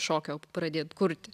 šokio pradėt kurti